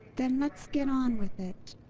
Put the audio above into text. then let's get on with it.